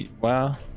Wow